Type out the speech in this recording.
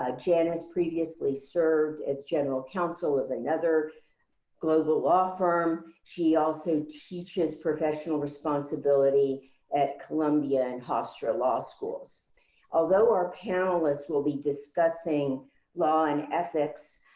ah janis previously served as general counsel of another global law firm. she also teaches professional responsibility at columbia and hofstra law schools although our panelists will be discussing law and ethics,